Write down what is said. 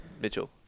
Mitchell